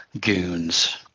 goons